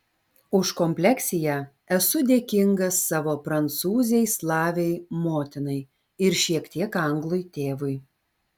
už kompleksiją esu dėkingas savo prancūzei slavei motinai ir šiek tiek anglui tėvui